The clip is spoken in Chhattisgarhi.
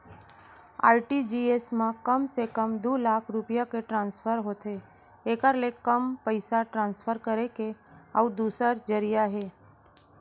आर.टी.जी.एस म कम से कम दू लाख रूपिया के ट्रांसफर होथे एकर ले कम पइसा ट्रांसफर करे के अउ दूसर जरिया हे